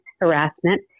harassment